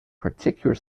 particular